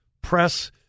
press